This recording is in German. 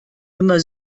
immer